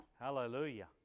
Hallelujah